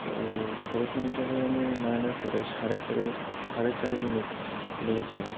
তো ষোলোশো মিটারে আমি নয় নয় করে সাড়ে চারে সাড়ে চার মিনিট লেগেছিল